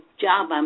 job